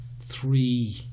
three